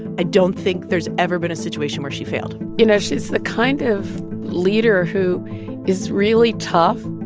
i don't think there's ever been a situation where she failed you know, she's the kind of leader who is really tough,